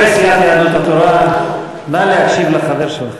חברי סיעת יהדות התורה, נא להקשיב לחבר שלכם.